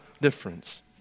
difference